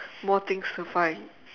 more things to find